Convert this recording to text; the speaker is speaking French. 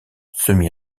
semi